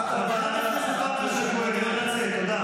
חברת הכנסת פרקש הכהן, קריאה שלישית.